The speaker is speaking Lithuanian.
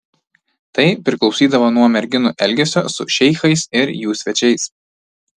tai priklausydavo nuo merginų elgesio su šeichais ir jų svečiais